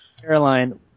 Caroline